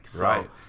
Right